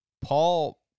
Paul